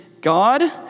God